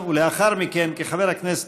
אך זה ודאי לא מעיד על מחסור בתרומה